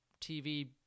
TV